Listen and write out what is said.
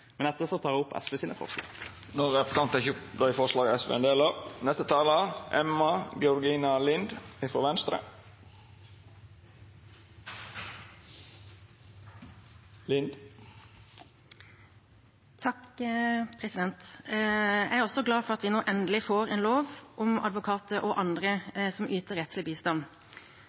tar jeg opp SVs forslag. Representanten Andreas Sjalg Unneland har teke opp det forslaget han refererte til. Jeg er også glad for at vi nå endelig får en lov om advokater og andre som yter rettslig bistand.